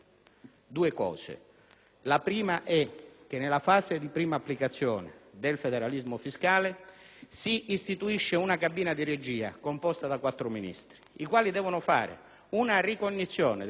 la prima è che nella fase di prima applicazione del federalismo fiscale si istituisce una cabina di regia, composta da quattro Ministri, i quali devono fare una ricognizione del fabbisogno infrastrutturale